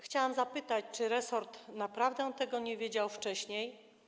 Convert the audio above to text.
Chciałam zapytać, czy resort naprawdę tego nie wiedział wcześniej.